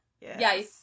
Yes